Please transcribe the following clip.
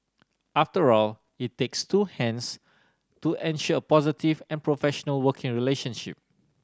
after all it takes two hands to ensure a positive and professional working relationship